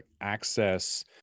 access